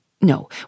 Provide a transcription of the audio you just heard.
No